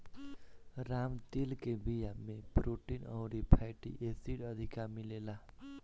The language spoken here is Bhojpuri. राम तिल के बिया में प्रोटीन अउरी फैटी एसिड अधिका मिलेला